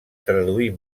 traduir